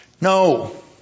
No